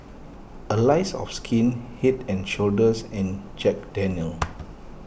Allies of Skin Head and Shoulders and Jack Daniel's